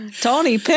Tony